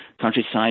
countryside